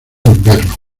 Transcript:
invierno